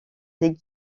des